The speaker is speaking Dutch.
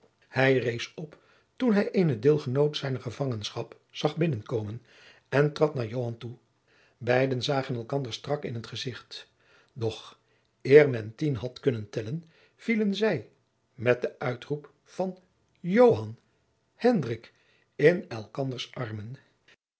hij rees op toen hij eenen deelgenoot zijner gevangenschap zag binnenkomen en trad naar joan toe beide zagen elkander strak in t gezicht doch eer men tien had kunnen tellen vielen zij met den uitroep van joan hendrik in elkanders armen